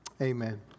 Amen